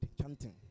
chanting